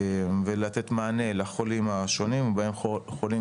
ולתת מענה לחולים השונים בהם חולים